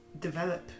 develop